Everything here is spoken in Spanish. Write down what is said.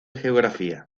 geografía